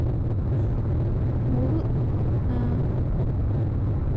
ᱢᱩᱲᱩᱛ